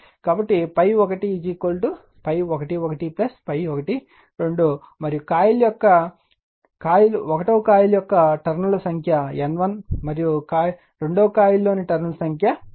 కాబట్టి ∅1 ∅11 ∅12 మరియు కాయిల్ 1 యొక్క టర్న్ ల సంఖ్య N1 మరియు కాయిల్ 2 లోని టర్న్ ల సంఖ్య N2